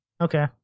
Okay